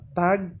tag